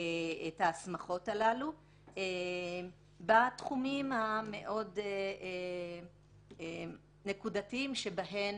ההסמכות הללו בתחומים המאוד נקודתיים שאותם